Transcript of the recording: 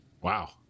Wow